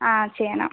ആ ചെയ്യണം